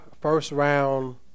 first-round